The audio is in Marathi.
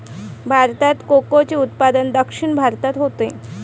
भारतात कोकोचे उत्पादन दक्षिण भारतात होते